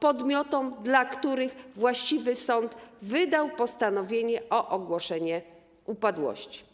podmiotom, dla których właściwy sąd wydał postanowienie o ogłoszeniu upadłości.